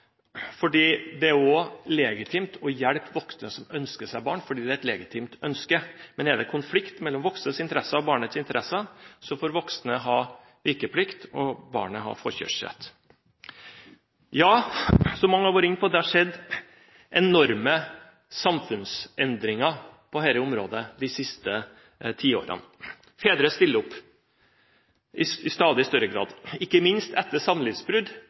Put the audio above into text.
fordi det også er legitimt å hjelpe voksne som ønsker seg barn fordi det er et legitimt ønske. Men er det konflikt mellom voksnes interesser og barnets interesser, får voksne ha vikeplikt og barnet ha forkjørsrett. Som mange har vært inne på, har det skjedd enorme samfunnsendringer på dette området de siste tiårene. Fedre stiller opp i stadig større grad. Ikke minst etter samlivsbrudd